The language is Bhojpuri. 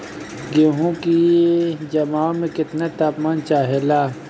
गेहू की जमाव में केतना तापमान चाहेला?